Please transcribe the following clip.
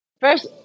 first